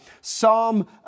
Psalm